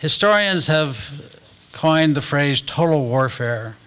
historians have coined the phrase total warfare